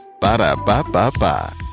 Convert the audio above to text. Ba-da-ba-ba-ba